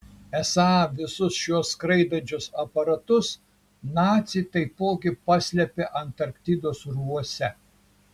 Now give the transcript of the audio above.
esą visus šiuos skraidančius aparatus naciai taipogi paslėpė antarktidos urvuose